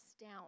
down